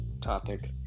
topic